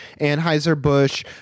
Anheuser-Busch